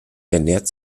ernährt